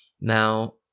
Now